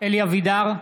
אלי אבידר,